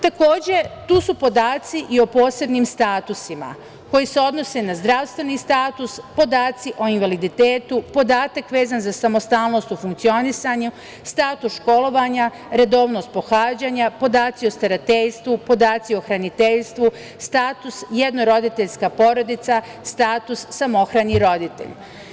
Takođe, tu su podaci i o posebnim statusima, koji se odnose na zdravstveni status, podaci o invaliditetu, podatak vezan za samostalnost u funkcionisanju, status školovanja, redovnost pohađanja, podaci o starateljstvu, podaci o hraniteljstvu, status jednoroditeljska porodica, status samohrani roditelj.